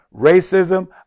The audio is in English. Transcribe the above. racism